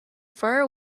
fir